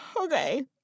Okay